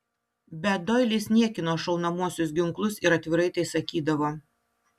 bet doilis niekino šaunamuosius ginklus ir atvirai tai sakydavo